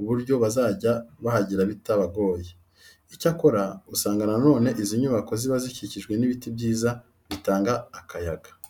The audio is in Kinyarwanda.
uburyo bazajya bahagera bitabagoye. Icyakora usanga na none izi nyubako ziba zikikijwe n'ibiti byiza bitanga akayaga.